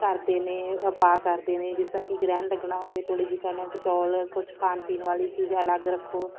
ਕਰਦੇ ਨੇ ਉਪਾਅ ਕਰਦੇ ਨੇ ਜਿਸ ਤਰ੍ਹਾਂ ਕਿ ਗ੍ਰਹਿਣ ਲੱਗਣਾ ਹੋਵੇ ਥੋੜ੍ਹੀ ਜਿਹੀ ਕਣਕ ਚੋਲ ਕੁੱ ਖਾਣ ਪੀਣ ਵਾਲੀ ਚੀਜ਼ ਅਲੱਗ ਰੱਖੋ